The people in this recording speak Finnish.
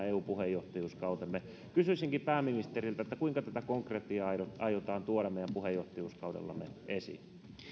eu puheenjohtajuuskautemme kysyisinkin pääministeriltä kuinka tätä konkretiaa aiotaan tuoda meidän puheenjohtajuuskaudellamme esiin